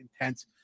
intense